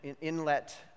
inlet